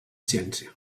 ciència